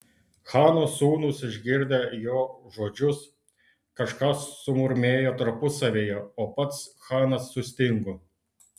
chano sūnūs išgirdę jo žodžius kažką sumurmėjo tarpusavyje o pats chanas sustingo